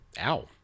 Ow